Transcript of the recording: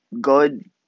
good